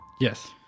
Yes